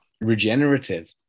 regenerative